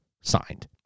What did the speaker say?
signed